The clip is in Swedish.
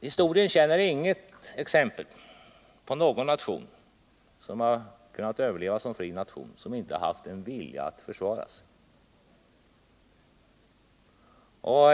Historien känner inget exempel på att en nation har kunnat överleva utan vilja och förmåga att försvara sig.